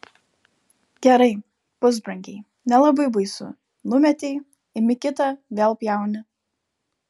gerai pusbrangiai nelabai baisu numetei imi kitą vėl pjauni